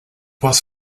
was